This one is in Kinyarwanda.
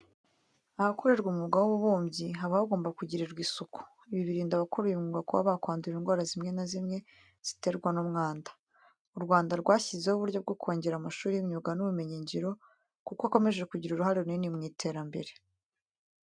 Ahakorerwa umwuga w'ububumbyi haba hagomba kugirirwa isuku. Ibi birinda abakora uyu mwuga kuba bakwandura indwara zimwe na zimwe ziterwa n'umwanda. U Rwanda, rwashyizeho uburyo bwo kongera amashuri y'imyuga n'ubumenyingiro, kuko akomeje kugira uruhare runini mu iterambere.